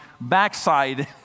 backside